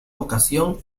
ocasión